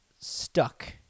stuck